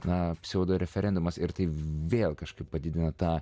na pseudoreferendumas ir vėl kažkaip padidina tą